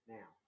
Now